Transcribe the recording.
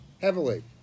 heavily